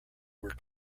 were